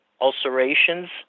ulcerations